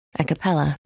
Acapella